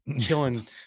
killing